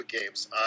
games